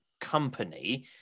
company